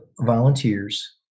volunteers